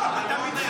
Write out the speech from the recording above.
מי קובע?